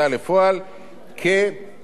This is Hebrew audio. כמסלול קבוע.